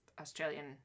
Australian